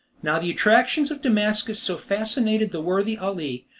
now the attractions of damascus so fascinated the worthy ali,